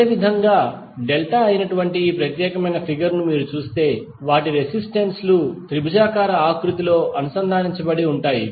అదేవిధంగా డెల్టా అయినటువంటి ఈ ప్రత్యేకమైన ఫిగర్ ను మీరు చూస్తే వాటి రెసిస్టెన్స్ లు త్రిభుజాకార ఆకృతిలో అనుసంధానించబడి ఉంటాయి